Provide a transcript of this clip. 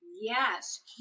Yes